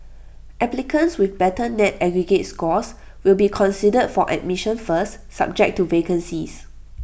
applicants with better net aggregate scores will be considered for admission first subject to vacancies